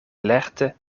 lerte